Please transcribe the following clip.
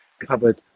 covered